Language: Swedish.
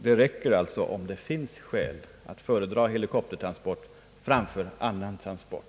Det borde alltså räcka om det finns skäl att föredraga helikoptertransport framför annan transport.